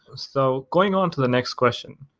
so going on to the next question,